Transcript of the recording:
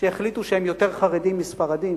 שהחליטו שהם יותר חרדים מספרדים.